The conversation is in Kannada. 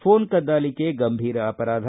ಫೋನ್ ಕದ್ದಾಲಿಕೆ ಗಂಭೀರ ಅಪರಾಧ